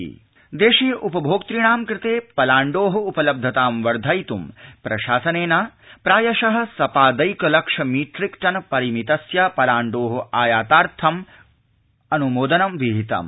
केन्द्रीयमन्त्रिपरिषद् पलाण्ड् देशे उपभोक्तणां कृते पलाण्डोः उप लब्धतां वर्धयित्ं प्रशासनेन प्रायशः सपादैकलक्ष मीट्रिकटन परिमितस्य पलाण्डोः आयातार्थम् अनुमोदनं विहितम्